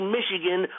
Michigan